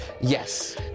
Yes